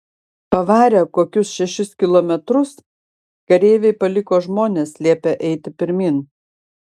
pavarę kokius šešis kilometrus kareiviai paliko žmones liepę eiti pirmyn